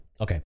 Okay